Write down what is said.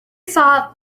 saw